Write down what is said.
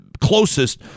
closest